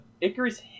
Icarus